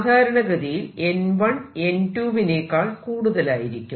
സാധാരണ ഗതിയിൽ N1 N2 വിനേക്കാൾ കൂടുതലായിരിക്കും